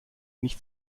nicht